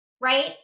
right